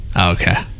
okay